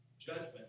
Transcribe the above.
judgment